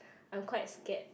I'm quite scared